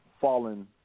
fallen